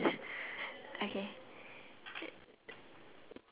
ya wait one two three four flag kind of thing